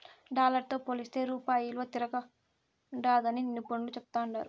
dollar తో పోలిస్తే రూపాయి ఇలువ తిరంగుండాదని నిపునులు చెప్తాండారు